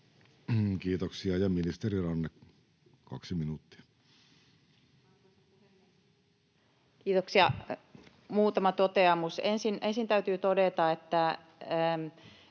Kiitoksia. — Ja ministeri Ranne, kaksi minuuttia. Arvoisa puhemies, kiitoksia! Muutama toteamus. Ensin täytyy todeta, että